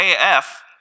AF